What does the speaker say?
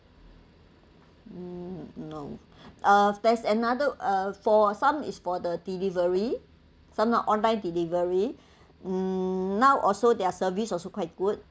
mm no uh there's another uh for some is for the delivery some are online delivery now also their service also quite good